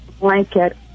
blanket